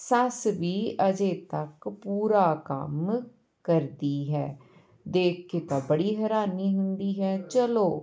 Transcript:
ਸੱਸ ਵੀ ਅਜੇ ਤੱਕ ਪੂਰਾ ਕੰਮ ਕਰਦੀ ਹੈ ਦੇਖ ਕੇ ਤਾਂ ਬੜੀ ਹੈਰਾਨੀ ਹੁੰਦੀ ਹੈ ਚਲੋ